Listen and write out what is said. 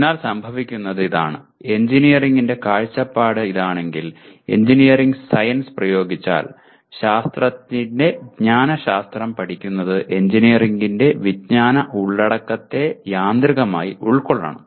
അതിനാൽ സംഭവിക്കുന്നത് ഇതാണ് എഞ്ചിനീയറിംഗിന്റെ കാഴ്ചപ്പാട് എങ്കിൽ എഞ്ചിനീയറിംഗ് സയൻസ് പ്രയോഗിച്ചാൽ ശാസ്ത്രത്തിന്റെ ജ്ഞാനശാസ്ത്രം പഠിക്കുന്നത് എഞ്ചിനീയറിംഗിന്റെ വിജ്ഞാന ഉള്ളടക്കത്തെ യാന്ത്രികമായി ഉൾക്കൊള്ളണം